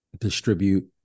distribute